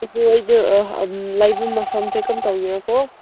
ꯑꯗꯨ ꯑꯣꯏꯗꯤ ꯂꯩꯕꯝ ꯃꯐꯝꯁꯦ ꯀꯔꯝ ꯇꯧꯒꯦꯔꯀꯣ